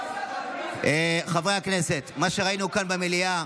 חברי הכנסת, מה שראינו כאן במליאה,